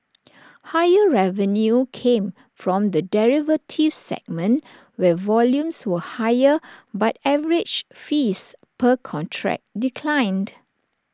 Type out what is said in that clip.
higher revenue came from the derivatives segment where volumes were higher but average fees per contract declined